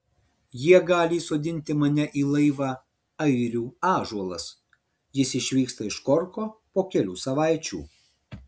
jie gali įsodinti mane į laivą airių ąžuolas jis išvyksta iš korko po kelių savaičių